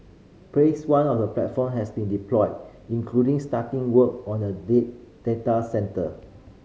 Phase One of the platform has been deployed including starting work on a day data centre